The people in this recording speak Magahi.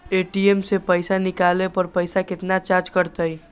ए.टी.एम से पईसा निकाले पर पईसा केतना चार्ज कटतई?